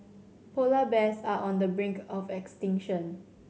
polar bears are on the brink of extinction